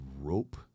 rope